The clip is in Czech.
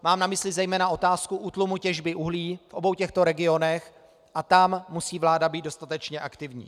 Mám na mysli zejména otázku útlumu těžby uhlí v obou těchto regionech a tam musí vláda být dostatečně aktivní.